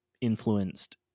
influenced